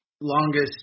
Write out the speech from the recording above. longest